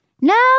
No